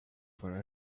for